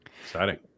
Exciting